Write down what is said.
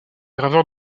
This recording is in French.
graveur